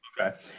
Okay